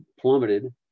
plummeted